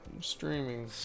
streaming